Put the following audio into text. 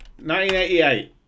1988